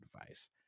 advice